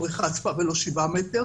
הבריכה עצמה ולא 7 מטר,